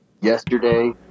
Yesterday